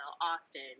Austin